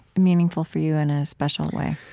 meaningful for you in a special way?